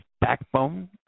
backbone